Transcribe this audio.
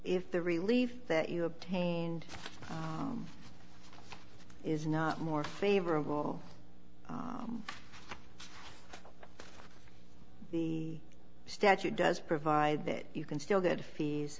if the relief that you obtained is not more favorable the statute does provide that you can still get fees